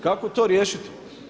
Kako to riješiti?